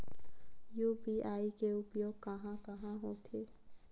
UPI के उपयोग कहां कहा होथे?